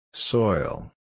Soil